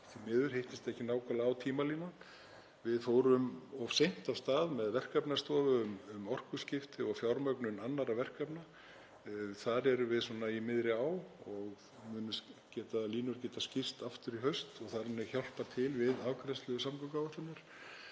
Við fórum of seint af stað með verkefnastofu um orkuskipti og fjármögnun annarra verkefna. Þar erum við svona í miðri á og línur geta skýrst aftur í haust og þar með hjálpað til við afgreiðslu samgönguáætlunar.